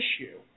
issue